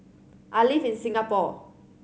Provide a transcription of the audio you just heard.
I live in Singapore